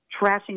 trashing